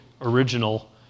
original